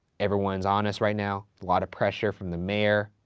everyone's on us right now, lotta pressure from the mayor,